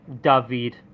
David